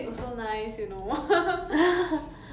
ya so overall 我很喜欢她的 image